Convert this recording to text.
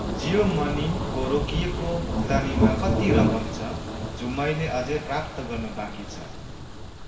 जियो मनीको रोकिएको भुक्तानीमा कति रकम छ जो मैले अझै प्राप्त गर्न बाँकी छ